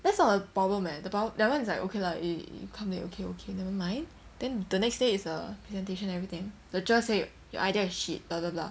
that's not a problem leh the prob~ that one is like okay lah you come late okay okay nevermind then the next day is the presentation everything the cher say your idea is shit blah blah blah